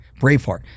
Braveheart